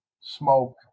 smoke